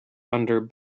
under